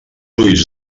ulls